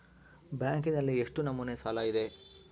ಬ್ಯಾಂಕಿನಲ್ಲಿ ಎಷ್ಟು ನಮೂನೆ ಸಾಲ ಇದೆ?